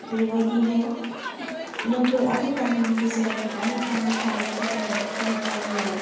बेबादिनो नोगोर आरो गामिनि गेजेराव गोबां रोखोमनि फारागथि दङ दिनै गामियाव